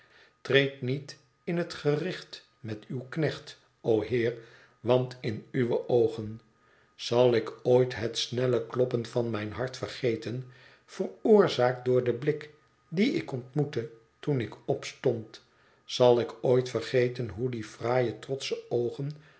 treed niet in het gericht met uw knecht o heer want in uwe oogen zal ik ooit het snelle kloppen van mijn hart vergeten veroorzaakt door den blik dien ik ontmoette toen ik opstond zal ik ooit vergeten hoe die fraaie trotsche oogen